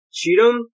Cheatham